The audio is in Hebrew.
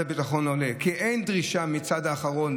הביטחון עולה כי אין דרישה מצד האחרון",